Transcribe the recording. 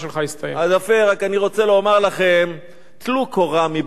אז אני רק רוצה לומר לכם, טלו קורה מבין עיניכם,